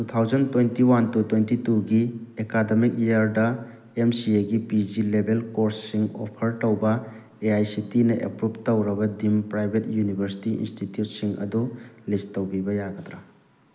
two thousand twenty one two twenty ꯇꯨꯒꯤ academic ꯏꯌꯔꯗ M C ꯑꯦꯒꯤ ꯄꯤ ꯖꯤ ꯂꯦꯕꯦꯜ ꯀꯣꯔꯁꯁꯤꯡ ꯑꯣꯐꯔ ꯇꯧꯕ ꯑꯦ ꯑꯥꯏ ꯁꯤ ꯇꯤꯅ ꯑꯦꯄ꯭ꯔꯨꯞ ꯇꯧꯔꯕ ꯗꯤꯝ ꯄ꯭ꯔꯥꯏꯕꯦꯠ ꯌꯨꯅꯤꯕꯔꯁꯤꯇꯤ ꯏꯟꯁꯇꯤꯇ꯭ꯌꯨꯠꯁꯤꯡ ꯑꯗꯨ ꯂꯤꯁ ꯇꯧꯕꯤꯕ ꯌꯥꯒꯗ꯭ꯔꯥ